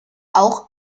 auch